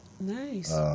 Nice